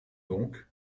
donc